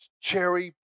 cherry